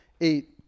eight